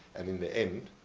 and in the end,